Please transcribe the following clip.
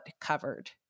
covered